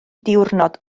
diwrnod